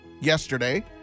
Yesterday